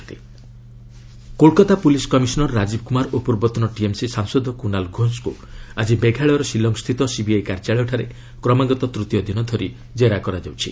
CBI Kolkata PC Kolkata police commissioner Rajeev Kumar ଓ ପୂର୍ବତନ TMC ସାଂସଦ କୁନାଲ୍ ଘୋଷଙ୍କୁ ଆଜି ମେଘାଳୟର ଶିଲଂସ୍ଥିତ ସିବିଆଇ କାର୍ଯ୍ୟାଳୟଠାରେ କ୍ରମଗାତ ତୂତୀୟ ଦିନ ଧରି କେରା କରାଯାଉଛି